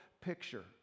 picture